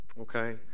Okay